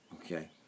Okay